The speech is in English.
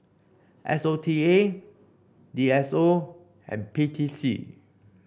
S O T A D S O and P T C